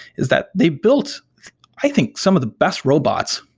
is that they built i think some of the best robots,